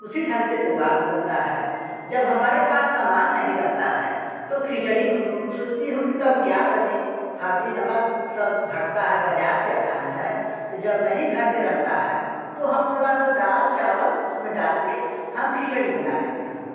उसी ढंग से पोहा भी बनता है जब हमारे पास समान नहीं रहता है तो खिचड़ी सोचती हूँ कि तब क्या बने हल्दी नमक सब घटता है बअज़ार से आता ना है तो जब नहीं घर में रहता है तो हम थोड़ी सी दाल चावल उसमें डालकर हम खिचड़ी बना देती हूँ